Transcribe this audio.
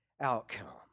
outcome